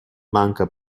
manca